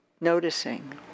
noticing